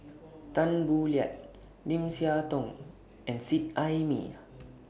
Tan Boo Liat Lim Siah Tong and Seet Ai Mee